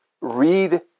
read